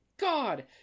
God